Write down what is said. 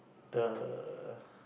the